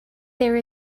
there